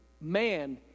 man